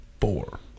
four